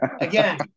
Again